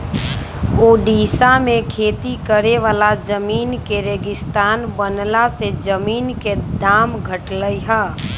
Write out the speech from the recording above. ओड़िशा में खेती करे वाला जमीन के रेगिस्तान बनला से जमीन के दाम घटलई ह